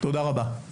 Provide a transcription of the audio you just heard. תודה רבה.